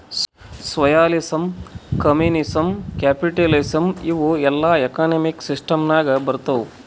socialism, communism, capitalism ಇವೂ ಎಲ್ಲಾ economic system ನಾಗ್ ಬರ್ತಾವ್